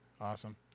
Awesome